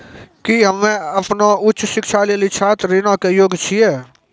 कि हम्मे अपनो उच्च शिक्षा लेली छात्र ऋणो के योग्य छियै?